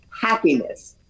happiness